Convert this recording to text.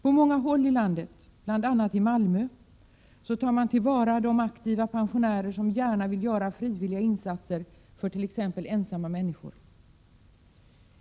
På många håll i landet, bl.a. i Malmö, tar man till vara de aktiva pensionärer som gärna vill göra frivilliga insatser för t.ex. ensamma människor.